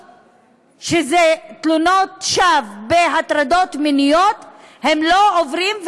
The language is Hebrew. שתלונות שווא והטרדות מיניות לא עוברים,